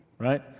right